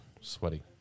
sweaty